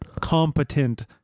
competent